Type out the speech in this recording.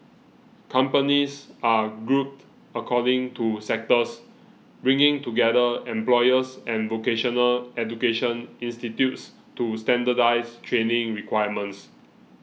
companies are grouped according to sectors bringing together employers and vocational education institutes to standardise training requirements